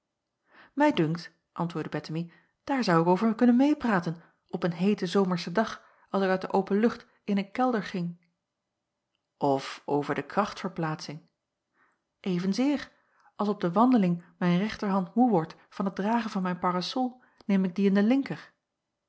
mij dunkt antwoordde bettemie daar zou ik over kunnen meêpraten op een heeten zomerschen dag als ik uit de open lucht in een kelder ging of over de krachtverplaatsing evenzeer als op de wandeling mijn rechterhand moê wordt van t dragen van mijn parasol neem ik dien in de linker